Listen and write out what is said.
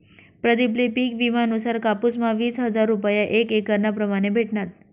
प्रदीप ले पिक विमा नुसार कापुस म्हा वीस हजार रूपया एक एकरना प्रमाणे भेटनात